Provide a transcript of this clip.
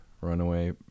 Runaway